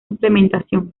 implementación